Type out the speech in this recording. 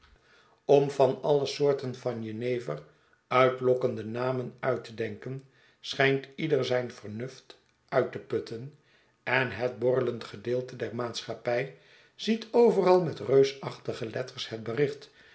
schetsen van boz w soorten van jenever uitlokkende namen uit te denken schijnt ieder zijn vernuft uit te putten en het borrelend gedeelte der maatschappij ziet overal met reusachtige letters het bericht